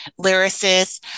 lyricist